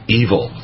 evil